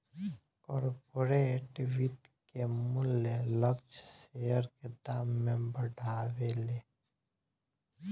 corporate वित्त के मूल्य लक्ष्य शेयर के दाम के बढ़ावेले